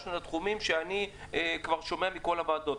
גלשנו לתחומים שאני כבר שומע מכל הוועדות.